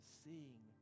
seeing